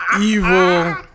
evil